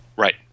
Right